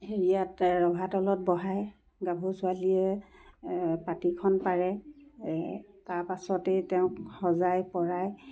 হেৰিয়াত ৰভা তলত বহাই গাভৰু ছোৱালীয়ে পাটীখন পাৰে তাৰ পাছতেই তেওঁক সজাই পৰাই